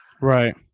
Right